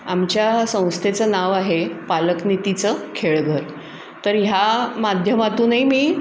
आमच्या संस्थेचं नाव आहे पालकनीतीचं खेळघर तर ह्या माध्यमातूनही मी